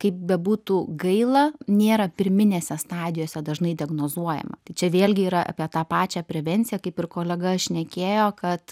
kaip bebūtų gaila nėra pirminėse stadijose dažnai diagnozuojama tai čia vėlgi yra apie tą pačią prevenciją kaip ir kolega šnekėjo kad